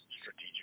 strategic